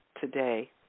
today